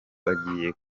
bagiye